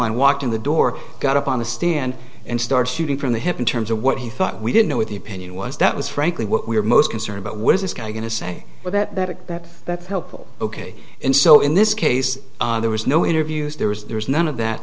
find walked in the door got up on the stand and start shooting from the hip in terms of what he thought we didn't know what the opinion was that was frankly what we're most concerned about what is this guy going to say but that is that that's helpful ok and so in this case there was no interviews there was there was none of that